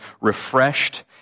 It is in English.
refreshed